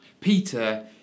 Peter